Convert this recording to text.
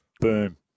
Boom